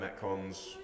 Metcons